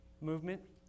Movement